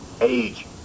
age